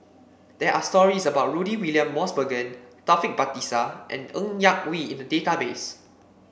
there are stories about Rudy William Mosbergen Taufik Batisah and Ng Yak Whee in the database